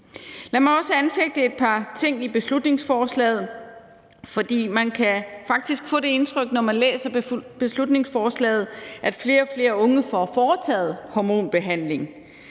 Lad mig også anfægte et par ting i beslutningsforslaget, for man kan faktisk få det indtryk, når man læser beslutningsforslaget, at flere og flere unge får foretaget hormonbehandling.